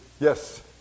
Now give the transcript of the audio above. Yes